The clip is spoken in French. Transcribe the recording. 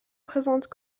présente